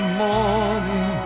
morning